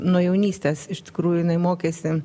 nuo jaunystės iš tikrųjų jinai mokėsi